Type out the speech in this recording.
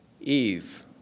Eve